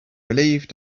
relieved